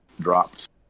dropped